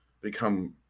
become